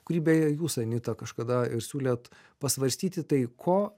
kurį beje jūs anita kažkada ir siūlėt pasvarstyti tai ko